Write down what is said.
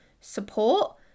support